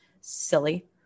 silly